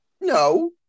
No